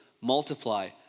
multiply